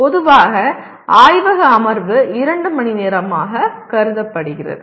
பொதுவாக ஆய்வக அமர்வு 2 மணிநேரமாக கருதப்படுகிறது